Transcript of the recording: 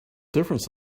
difference